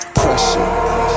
pressure